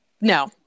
No